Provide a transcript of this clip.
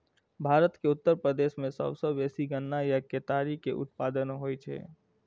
भारत के उत्तर प्रदेश मे सबसं बेसी गन्ना या केतारी के उत्पादन होइ छै